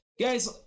guys